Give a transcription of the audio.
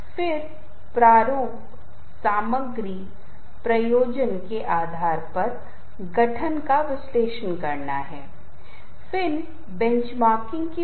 और अगर आपको एक प्रस्तुति देनी है जो मल्टीमीडिया है जो संगीत का उपयोग करने जा रही है तो यह एक ऐसी चीज है जो बहुत महत्वपूर्ण होने वाली है